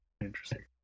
Interesting